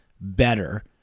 better